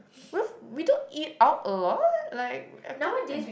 with we don't eat out a lot like I can't think